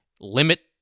limit